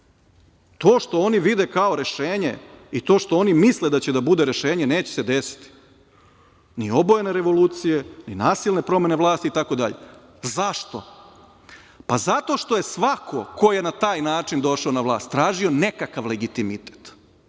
što oni vide kao rešenje i to što oni misle da će da bude rešenje, neće se desiti, ni obojene revolucije, ni nasilne promene vlasti itd. Zašto? Pa, zato što je svako ko je na taj način došao na vlast tražio nekakav legitimitet. Hajde